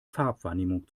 farbwahrnehmung